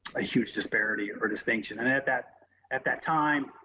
a huge disparity or distinction. and at that at that time,